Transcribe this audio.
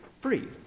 free